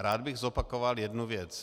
Rád bych zopakoval jednu věc.